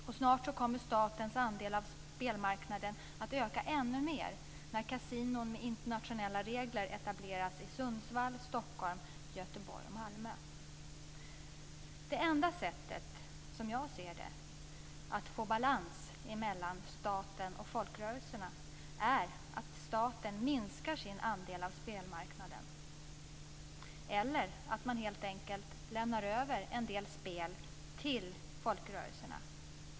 Och snart kommer statens andel av spelmarknaden att öka ännu mer när kasinon med internationella regler etableras i Sundsvall, Det enda sättet, som jag ser det, att få balans mellan staten och folkrörelserna är att staten minskar sin andel av spelmarknaden eller att man helt enkelt lämnar över en del spel till folkrörelserna.